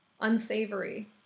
unsavory